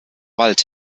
wald